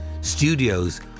studios